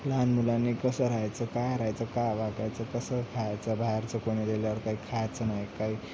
लहान मुलांनी कसं राहायचं काय राहायचं काय वागायचं कसं खायचं बाहेरचं कोणी दिल्यावर काय खायचं नाही काय